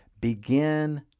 begin